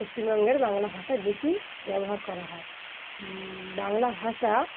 পশ্চিমবঙ্গের বাংলা ভাষায় বেশি ব্যবহার করা হয় বাংলা ভাষা